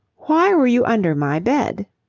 why were you under my bed?